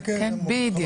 כן כן, בדיוק.